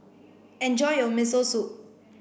enjoy your Miso Soup